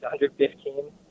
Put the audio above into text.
115